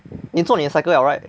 你做你的 cycle 了 right